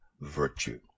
virtue